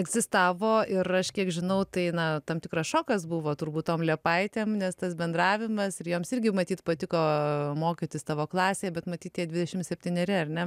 egzistavo ir aš kiek žinau tai na tam tikras šokas buvo turbūt tom liepaitėm nes tas bendravimas ir joms irgi matyt patiko mokytis tavo klasėje bet matyt tie dvidešim septyneri ar ne